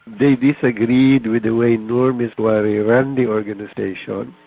they disagreed with the way nur misauri ran the organisation.